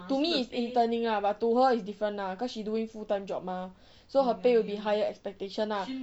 to me it's interning lah but to her it's different lah cause she doing full time job mah so her pay will be higher expectation lah